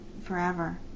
forever